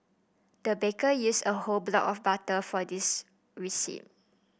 the baker used a whole block of butter for this